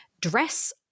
Dress